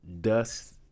dust